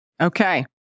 Okay